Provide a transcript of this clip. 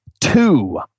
two